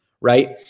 right